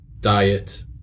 diet